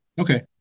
okay